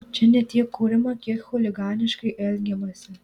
čia ne tiek kuriama kiek chuliganiškai elgiamasi